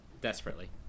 desperately